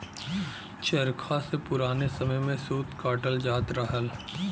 चरखा से पुराने समय में सूत कातल जात रहल